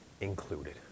included